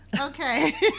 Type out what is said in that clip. okay